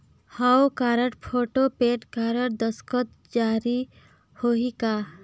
हव card, photo, PAN card, दस्खत जरूरी होही का?